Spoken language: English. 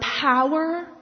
power